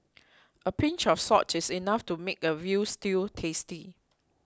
a pinch of salt is enough to make a Veal Stew tasty